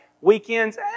Weekends